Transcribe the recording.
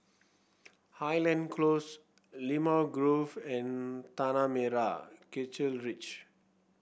Highland Close Limau Grove and Tanah Merah Kechil Ridge